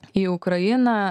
į ukrainą